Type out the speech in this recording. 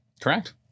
Correct